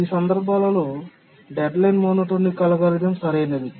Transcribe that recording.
ఈ సందర్భాలలో deadline monotonic algorithm సరైనది